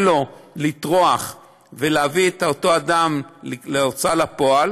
לו לטרוח ולהביא את אותו אדם להוצאה לפועל,